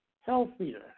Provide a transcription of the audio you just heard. healthier